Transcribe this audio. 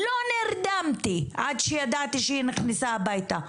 לא נרדמתי עד שידעתי שהיא נכנסה הביתה.